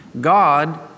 God